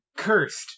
cursed